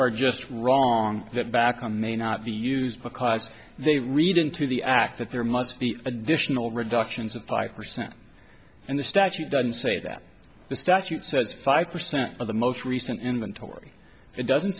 are just wrong that back on may not be used because they read into the act that there must be additional reductions of five percent and the statute doesn't say that the statute says if i consent or the most recent inventory it doesn't